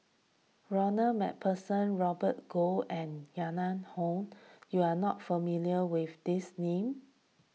Ronald MacPherson Robert Goh and Yahya Cohen you are not familiar with these names